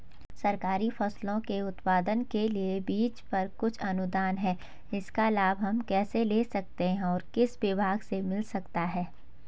सरकारी फसलों के उत्पादन के लिए बीज पर कुछ अनुदान है इसका लाभ हम कैसे ले सकते हैं और किस विभाग से मिल सकता है?